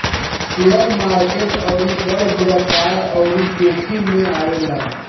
share market अउरी बड़ व्यापार अउरी जोखिम मे आवेला